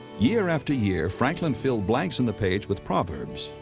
year after year, franklin filled blanks in the page with proverbs,